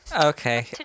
okay